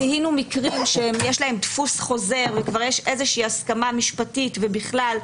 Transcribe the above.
זיהינו מקרים שיש להם דפוס חוזר וכבר יש איזושהי הסכמה משפטית ובכלל,